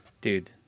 Dude